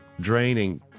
Draining